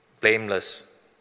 blameless